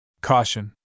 Caution